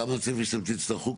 כמה מכונות כאלה תצטרכו?